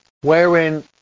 wherein